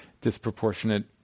disproportionate